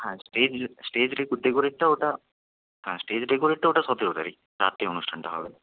হ্যাঁ stage stage ডেকোরেটটা ওটা হ্যাঁ স্টেজ ডেকোরেটটা ওটা সতেরো তারিখ রাত্রে অনুষ্ঠানটা হবে